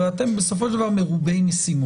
הרי אתם בסופו של דבר מרובי משימות.